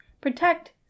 protect